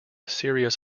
serious